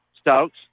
Stokes